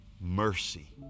Mercy